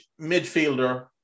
midfielder